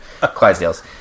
Clydesdales